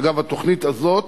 אגב, התוכנית הזאת